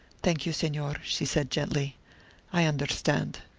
thank you, senor, she said, gently i understand.